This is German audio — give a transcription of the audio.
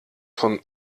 von